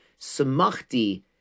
Samachti